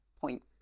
point